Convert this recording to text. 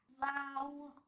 wow